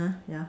ya